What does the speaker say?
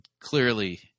clearly